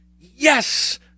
yes